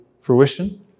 fruition